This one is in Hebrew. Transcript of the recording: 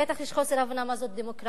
בטח יש חוסר הבנה מה זאת דמוקרטיה.